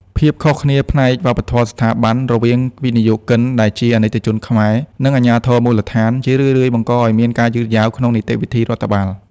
ភាពខុសគ្នាផ្នែក "វប្បធម៌ស្ថាប័ន" រវាងវិនិយោគិនដែលជាអាណិកជនខ្មែរ និងអាជ្ញាធរមូលដ្ឋាន ជារឿយៗបង្កឱ្យមានការយឺតយ៉ាវក្នុងនីតិវិធីរដ្ឋបាល។